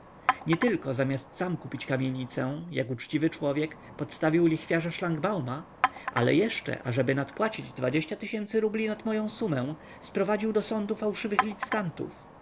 nietylko zamiast sam kupić kamienicę jak uczciwy człowiek podstawił lichwiarza szlangbauma ale jeszcze ażeby nad płacić rubli nad moję sumę sprowadził do sądu fałszywych licytantów